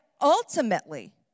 ultimately